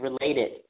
related